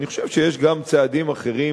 אני חושב שיש גם צעדים אחרים,